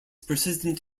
persistent